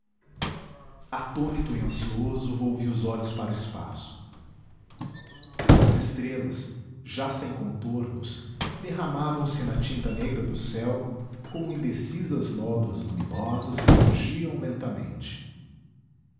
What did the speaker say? perfume atônito e ansioso volvi os olhos para o espaço as estrelas já sem contornos derramavam se na tinta negra do céu como indecisas nódoas luminosas que fugiam lentamente